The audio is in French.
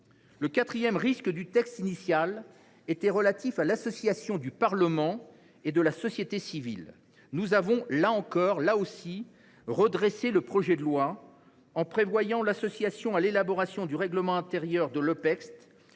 Le quatrième risque induit par le texte initial était relatif à l’association du Parlement et de la société civile. Nous avons, là aussi, redressé le projet de loi, en prévoyant d’associer à l’élaboration du règlement intérieur l’Opecst,